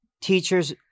teachers